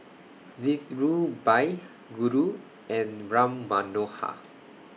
This Dhirubhai Guru and Ram Manohar